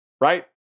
right